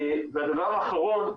והדבר האחרון,